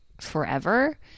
forever